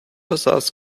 besaß